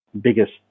biggest